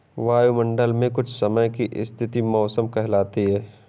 वायुमंडल मे कुछ समय की स्थिति मौसम कहलाती है